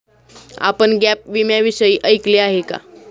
आपण गॅप विम्याविषयी ऐकले आहे का?